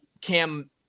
Cam